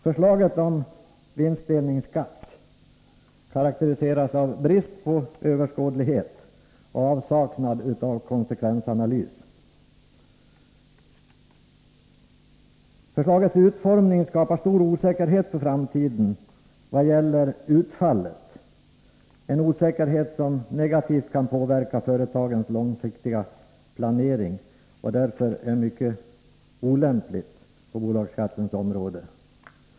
Förslaget om vinstdelningsskatt karakteriseras av brist på överskådlighet och avsaknad av konsekvensanalys. Förslagets utformning skapar stor osäkerhet för framtiden i vad gäller utfallet, en osäkerhet som negativt kan påverka företagens långsiktiga planering och som därför är mycket olämplig på bolagsskattens område.